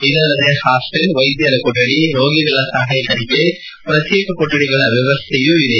ಇದಲ್ಲದೇ ಹಾಸ್ಸೆಲ್ ವೈದ್ಯರ ಕೊಠಡಿ ರೋಗಿಗಳ ಸಹಾಯಕರಿಗೆ ಪ್ರತ್ಯೇಕ ಕೊಠಡಿಗಳ ವ್ಣವಸ್ವೆಯೂ ಇದೆ